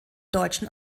deutschen